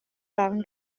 waren